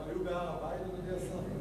הם היו בהר-הבית, אדוני השר?